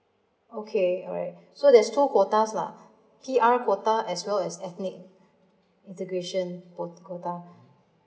okay alright so there's two quotas lah P_R quota as well as ethnic integration quo~ quota